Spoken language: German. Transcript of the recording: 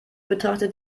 betrachtet